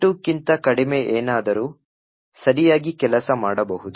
72 ಕ್ಕಿಂತ ಕಡಿಮೆ ಏನಾದರೂ ಸರಿಯಾಗಿ ಕೆಲಸ ಮಾಡಬಹುದು